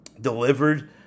delivered